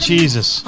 Jesus